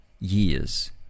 years